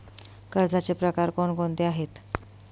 कर्जाचे प्रकार कोणकोणते आहेत?